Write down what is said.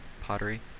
pottery